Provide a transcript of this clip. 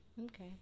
Okay